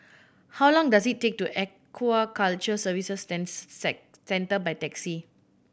how long does it take to Aquaculture Services Centre by taxi